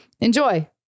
Enjoy